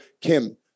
Kim